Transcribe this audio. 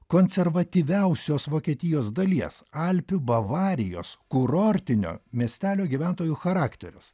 konservatyviausios vokietijos dalies alpių bavarijos kurortinio miestelio gyventojų charakterius